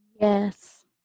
Yes